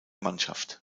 mannschaft